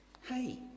Hey